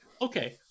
okay